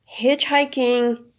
hitchhiking